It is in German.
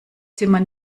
zimmer